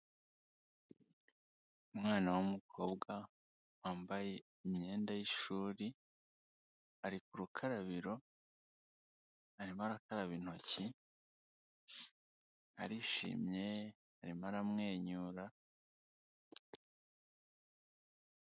Umwana w'umukobwa wambaye imyenda y'ishuri ari ku rukarabiro hanyumamo arakaraba intoki arishimye arimo aramwenyura.